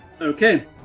Okay